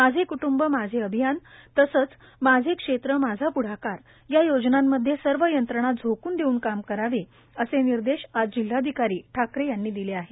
माझे क्टंब माझे अभियान तसेच माझे क्षेत्र माझा प्ढाकार या योजनांमध्ये सर्व यंत्रणा झोकून देऊन काम करावे असे निर्देश आज जिल्हाधिकारी ठाकरे यांनी दिले आहेत